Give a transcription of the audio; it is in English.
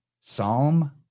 psalm